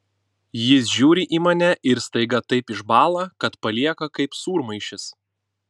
jis žiūri į mane ir staiga taip išbąla kad palieka kaip sūrmaišis